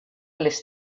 les